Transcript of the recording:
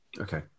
Okay